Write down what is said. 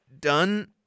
done